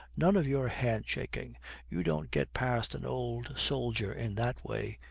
none of your handshaking you don't get past an old soldier in that way.